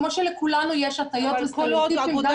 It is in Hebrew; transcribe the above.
כמו שלכולנו יש הטיות וסטריאוטיפים --- אבל כל עוד האגודה